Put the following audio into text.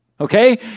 Okay